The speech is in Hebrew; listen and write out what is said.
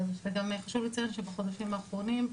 וגם חשוב לציין שבחודשים האחרונים,